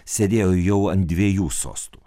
sėdėjo jau ant dviejų sostų